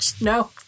no